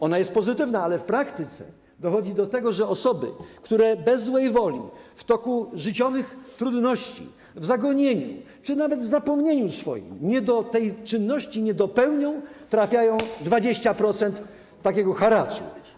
Ona jest pozytywna, ale w praktyce dochodzi do tego, że osoby bez złej woli w toku życiowych trudności, w zagonieniu czy nawet w swoim zapomnieniu tej czynności nie dopełnią i trafiają na 20% takiego haraczu.